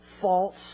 false